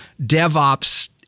DevOps